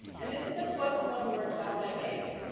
and this is a quote from one of the workshops i gave,